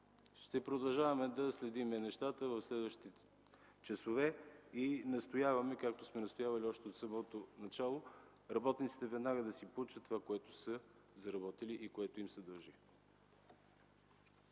Ще продължаваме да следим нещата в следващите часове. Настояваме, както сме настоявали от самото начало – работниците веднага да получат това, което им се дължи